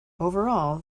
overall